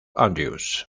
andrews